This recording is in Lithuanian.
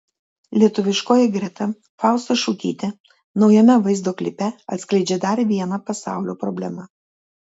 lietuviškoji greta fausta šukytė naujame vaizdo klipe atskleidžia dar vieną pasaulio problemą